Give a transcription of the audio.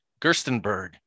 Gerstenberg